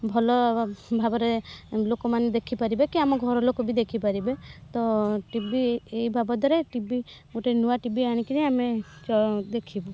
ଭଲ ଭାବରେ ଲୋକମାନେ ଦେଖିପାରିବେ କି ଆମ ଘରଲୋକ ବି ଦେଖିପାରିବେ ତ ଟିଭି ଏଇ ବାବଦରେ ଟିଭି ଗୋଟେ ନୂଆ ଟିଭି ଆଣିକରି ଆମେ ଦେଖିବୁ